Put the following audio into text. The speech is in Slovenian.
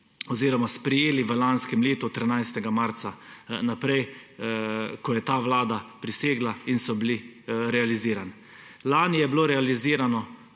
oziroma sprejeli v lanskem letu od 13. marca naprej, ko je ta vlada prisegla, in so bili realizirani. Lani je bilo realizirano